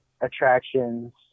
attractions